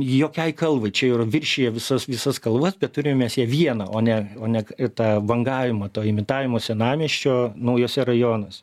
jokiai kalvai viršija visas visas kalvas bet turim mes ją vieną o ne o ne tą bangavimą to imitavimo senamiesčio naujuose rajonuose